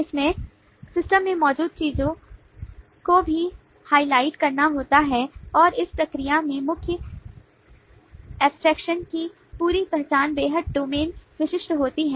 इसमें सिस्टम में मौजूद चीजों को भी हाइलाइट करना होता है और इस प्रक्रिया में मुख्य एब्स्ट्रैक्शन की पूरी पहचान बेहद डोमेन विशिष्ट होती है